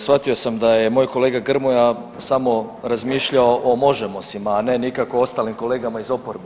Shvatio sam da je moj kolega Grmoja samo razmišljao o Možemosima a ne nikako o ostalim kolegama iz oporbe.